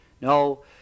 No